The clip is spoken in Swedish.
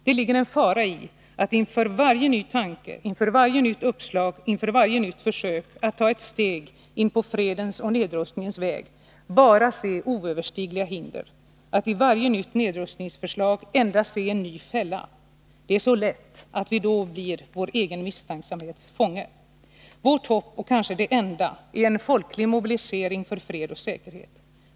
Det ligger en fara i att inför varje ny tanke, inför varje nytt uppslag, inför varje nytt försök att ta ett steg in på fredens och nedrustningens väg bara se oöverstigliga hinder; att i varje nytt nedrustningsförslag endast se en ny fälla. Det är så lätt att vi då blir vår egen misstänksamhets fånge. Vårt hopp — och kanske det enda — är en folklig mobilisering för fred och säkerhet.